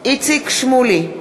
איציק שמולי,